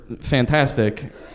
fantastic